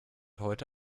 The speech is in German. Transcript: heute